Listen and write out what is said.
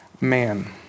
man